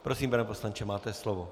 Prosím, pane poslanče, máte slovo.